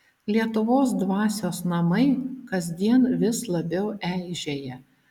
lietuvos dvasios namai kasdien vis labiau eižėja